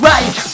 Right